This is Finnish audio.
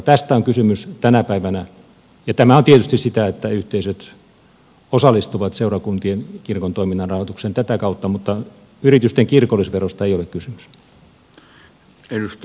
tästä on kysymys tänä päivänä ja tämä on tietysti sitä että yhteisöt osallistuvat seurakuntien kirkon toiminnan rahoitukseen tätä kautta mutta yritysten kirkollisverosta ei ole kysymys